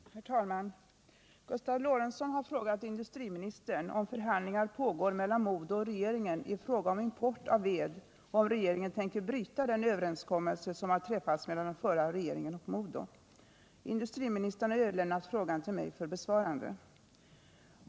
Herr talman! Gustav Lorentzon har frågat industriministern om förhandlingar pågår mellan MoDo och regeringen i fråga om import av ved och om regeringen tänker bryta den överenskommelse som har träffats Industriministern har överlämnat frågan till mig för besvarande.